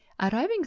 arriving